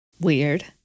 weird